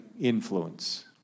influence